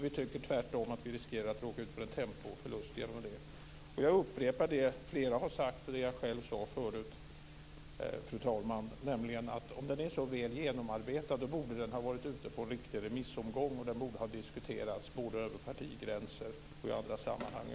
Vi tycker tvärtom att vi riskerar att råka ut för en tempoförlust genom det. Jag upprepar det flera har sagt och det jag själv sade förut, fru talman, att om det är så väl genomarbetat borde det har varit ute på en riktig remissomgång, och det borde ha diskuterats både över partigränser och i andra sammanhang.